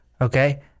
okay